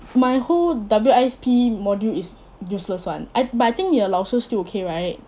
my whole W_I_S_P module is useless [one] I but I think 你的老师 still okay right